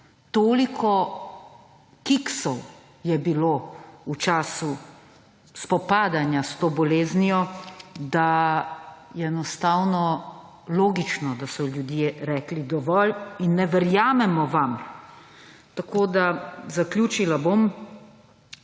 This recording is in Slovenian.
Toliko kiksov je bilo v času spopadanja s to boleznijo, da je enostavno logično, da so ljudje rekli: »Dovolj, ne verjamemo vam.« Zaključila bom